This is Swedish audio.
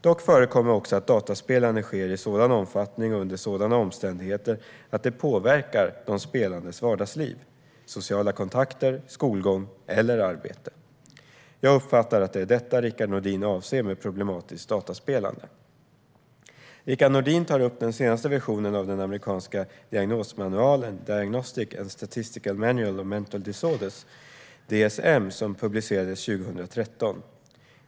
Dock förekommer också att dataspelande sker i sådan omfattning och under sådana omständigheter att det påverkar de spelandes vardagsliv, sociala kontakter, skolgång eller arbete. Jag uppfattar att det är detta Rickard Nordin avser med problematiskt dataspelande. Rickard Nordin tar upp den senaste versionen av den amerikanska diagnosmanualen Diagnostic and Statistical Manual of Mental Disorders , som publicerades 2013.